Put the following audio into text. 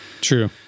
True